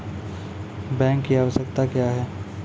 Bank की आवश्यकता क्या हैं?